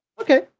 Okay